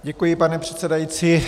Děkuji, pane předsedající.